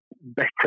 better